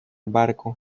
barco